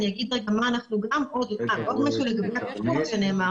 אני אגיד עוד משהו לגבי מה שנאמר